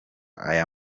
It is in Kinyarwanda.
aya